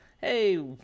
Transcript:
hey